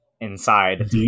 inside